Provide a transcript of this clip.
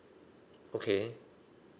okay